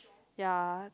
ya